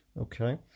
Okay